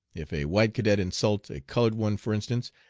if a white cadet insult a colored one for instance,